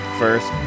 first